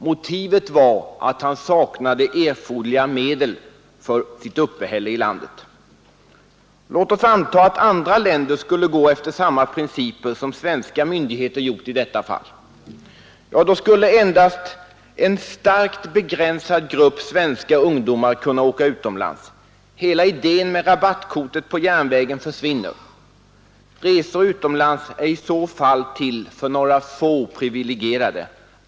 Motivet var att han saknade erforderliga medel för sitt uppehälle i landet. Låt oss antaga att andra länder skulle gå efter samma principer som svenska myndigheter gjort i detta fall. Då skulle endast en starkt begränsad grupp svenska ungdomar kunna resa utomlands. Hela idén med rabattkortet på järnvägen försvinner. Resor utomlands är i så fall till för några få privilegierade.